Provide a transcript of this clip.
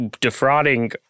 defrauding